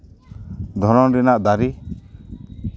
ᱫᱷᱚᱨᱚᱱ ᱨᱮᱱᱟᱜ ᱫᱟᱨᱮ